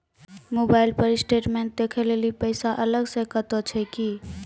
Mobile पर statement देखे लेली पैसा अलग से कतो छै की?